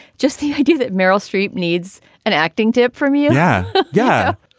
just the idea that meryl streep needs an acting tip from you. yeah. yeah.